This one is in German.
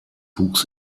wuchs